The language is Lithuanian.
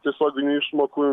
tiesioginių išmokų